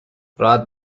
راحت